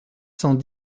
cent